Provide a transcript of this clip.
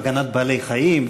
הגנת בעלי-חיים,